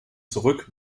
zurück